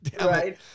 Right